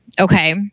okay